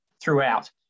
throughout